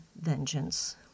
vengeance